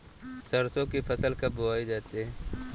सरसों की फसल कब बोई जाती है?